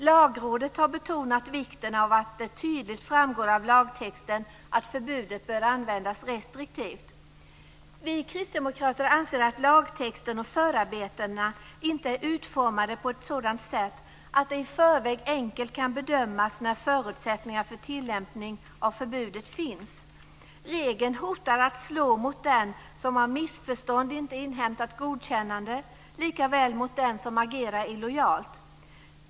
Lagrådet har betonat vikten av att det tydligt framgår av lagtexten att förbudet bör användas restriktivt. Vi kristdemokrater anser att lagtexten och förarbetena inte är utformade på ett sådant sätt att det i förväg enkelt kan bedömas när förutsättningar för tillämpning av förbudet finns. Regeln hotar att slå mot den som av missförstånd inte inhämtat godkännande likaväl som mot den som agerar illojalt.